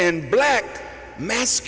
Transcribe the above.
and black mas